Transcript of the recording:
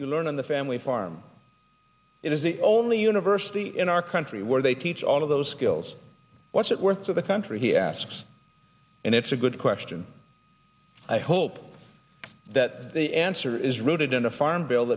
you learn in the family farm it is the only university in our country where they teach all of those skills what's it worth to the country he asks and it's a good question i hope that the answer is rooted in a farm bill